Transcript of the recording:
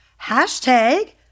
Hashtag